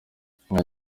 nta